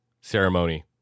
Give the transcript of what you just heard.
Ceremony